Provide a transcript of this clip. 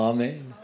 Amen